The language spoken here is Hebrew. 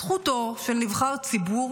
זכותו של נבחר ציבור